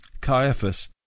Caiaphas